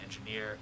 engineer